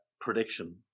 prediction